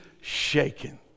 shaken